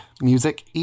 music